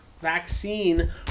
vaccine